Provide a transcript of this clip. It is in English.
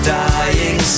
dying